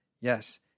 Yes